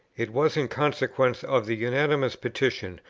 it was in consequence of the unanimous petition,